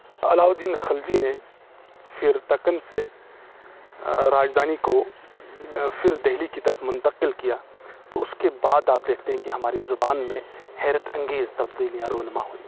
علاؤالدین خلجی نے پھر دکن سے راجدھانی کو پھر دہلی کی طرف منتقل کیا تو اس کے بعد آپ دیکھتے ہیں کہ ہماری زبان میں حیرت انگیز تبدیلیاں رونماں ہوئیں